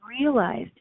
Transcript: realized